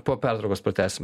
po pertraukos pratęsim